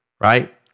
right